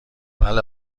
بله